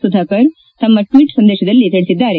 ಸುಧಾಕರ್ ತಮ್ಮ ಟ್ವೀಟ್ ಸಂದೇಶದಲ್ಲಿ ತಿಳಿಸಿದ್ದಾರೆ